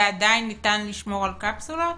ועדיין ניתן לשמור על קפסולות?